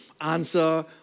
answer